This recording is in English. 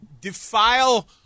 defile